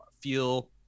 feel